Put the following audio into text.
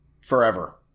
Forever